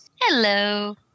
Hello